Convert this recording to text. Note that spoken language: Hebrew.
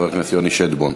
חבר הכנסת יוני שטבון.